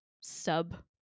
sub